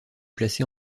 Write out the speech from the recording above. placée